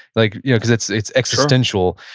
like yeah because it's it's existential.